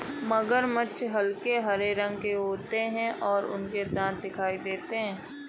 मगरमच्छ हल्के हरे रंग के होते हैं और उनके दांत दिखाई देते हैं